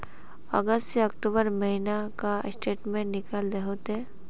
अगस्त से अक्टूबर महीना का स्टेटमेंट निकाल दहु ते?